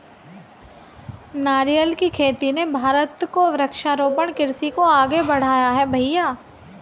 नारियल की खेती ने भारत को वृक्षारोपण कृषि को आगे बढ़ाया है भईया